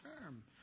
term